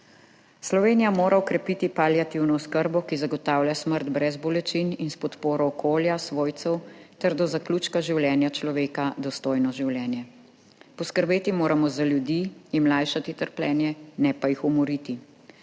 Slovenija mora okrepiti paliativno oskrbo, ki zagotavlja smrt brez bolečin in s podporo okolja, svojcev ter do zaključka življenja človeka dostojno življenje. Poskrbeti moramo za ljudi, jim lajšati trpljenje, ne pa jih umoriti.